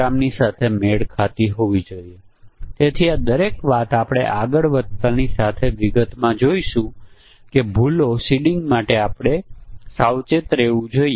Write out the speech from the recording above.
તેથી આના વિવિધ સંયોજનો અસ્તિત્વમાં છે અને આપણે આમાં જોડી મુજબની વિચારણા કરી શકીએ છીએ